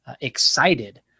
excited